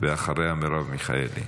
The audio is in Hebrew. אחריה, מירב מיכאלי.